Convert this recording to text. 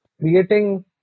creating